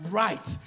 right